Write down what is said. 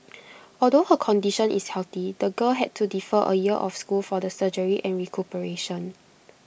although her condition is healthy the girl had to defer A year of school for the surgery and recuperation